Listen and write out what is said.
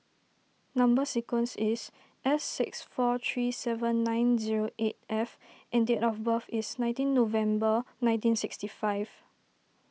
Number Sequence is S six four three seven nine zero eight F and date of birth is nineteen November nineteen sixty five